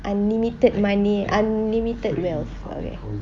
unlimited money unlimited wealth sorry